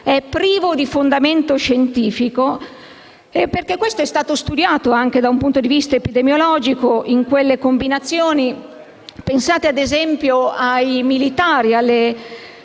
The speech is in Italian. è priva di fondamento scientifico. Questo è stato studiato anche da un punto di vista epidemiologico, in alcune combinazioni; si pensi ad esempio ai militari e alle